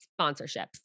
sponsorships